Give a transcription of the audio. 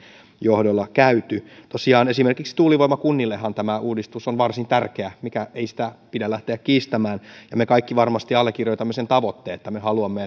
johdolla käyty tosiaan esimerkiksi tuulivoimakunnillehan tämä uudistus on varsin tärkeä mitä ei pidä lähteä kiistämään ja me kaikki varmasti allekirjoitamme sen tavoitteen että me haluamme